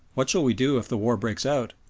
what shall we do if the war breaks out?